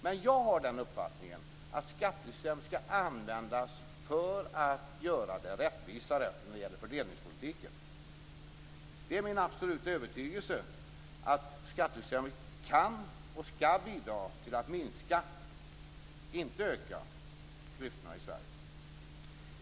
Men jag har den uppfattningen att skattesystemet skall användas för att göra det rättvisare när det gäller fördelningspolitiken. Det är min absoluta övertygelse att skattesystemet kan och skall bidra till att minska, inte öka, klyftorna i Sverige.